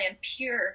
Pure